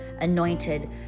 anointed